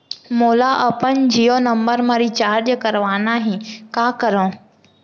मोला अपन जियो नंबर म रिचार्ज करवाना हे, का करव?